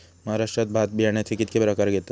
महाराष्ट्रात भात बियाण्याचे कीतके प्रकार घेतत?